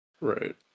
Right